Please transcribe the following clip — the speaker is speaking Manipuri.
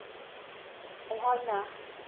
ꯑꯩꯍꯥꯛꯅ